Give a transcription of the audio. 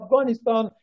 Afghanistan